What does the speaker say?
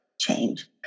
change